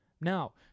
Now